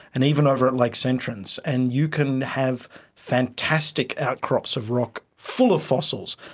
and even over at lakes entrance, and you can have fantastic outcrops of rock full of fossils,